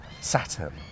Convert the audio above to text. saturn